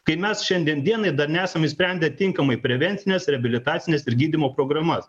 kai mes šiandien dienai dar nesam išsprendę tinkamai prevencines reabilitacines ir gydymo programas